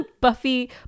Buffy